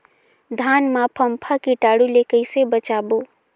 धान मां फम्फा कीटाणु ले कइसे बचाबो?